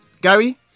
Gary